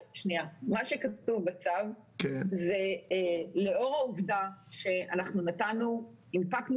מה שכתוב בצו זה לאור העובדה שאנחנו הנפקנו